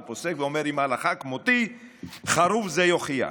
והוא אומר: "אם ההלכה כמותי חרוב זה יוכיח.